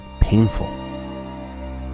painful